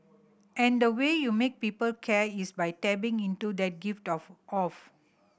and the way you make people care is by tapping into that gift of off